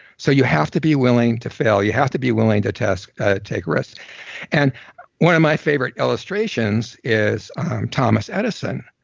so you have to be willing to fail, you have to be willing to ah take risks and one of my favorite illustrations is thomas edison,